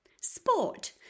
Sport